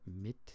mit